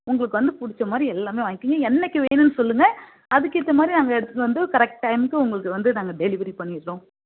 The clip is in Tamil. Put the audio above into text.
உங்களுக்கு வந்து பிடிச்ச மாதிரி எல்லாமே வாங்கிக்கங்க என்னைக்கு வேணும்னு சொல்லுங்கள் அதுக்கேற்ற மாதிரி நாங்கள் எடுத்துன்னு வந்து கரெக்ட் டைமுக்கு உங்களுக்கு வந்து நாங்கள் டெலிவரி பண்ணிடுறோம்